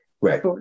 Right